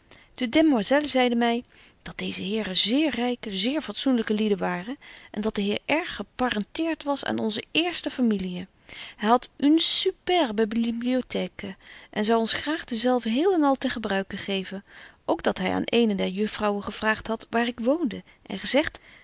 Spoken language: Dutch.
de desmoiselles zeiden my dat deeze heren zeer ryke zeer fatsoenlyke lieden waren en dat de heer r geparenteert was aan onze eerste familiën hy hadt une superbe bibliotheque en zou ons graag dezelve heel en al ten gebruike geven ook dat hy aan eene der juffrouwen gevraagt hadt waar ik woonde en gezegt